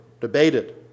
debated